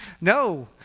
no